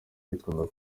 iyitwa